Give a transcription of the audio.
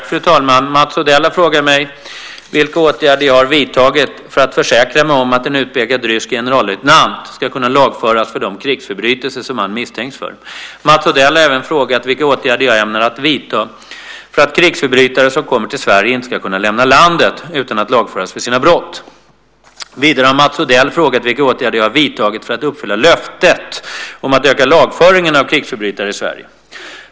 Fru talman! Mats Odell har frågat mig vilka åtgärder jag har vidtagit för att försäkra mig om att en utpekad rysk generallöjtnant ska kunna lagföras för de krigsförbrytelser som han misstänks för. Mats Odell har även frågat vilka åtgärder jag ämnar vidta för att krigsförbrytare som kommer till Sverige inte ska kunna lämna landet utan att lagföras för sina brott. Vidare har Mats Odell frågat vilka åtgärder jag har vidtagit för att uppfylla löftet om att öka lagföringen av krigsförbrytare i Sverige.